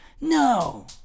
no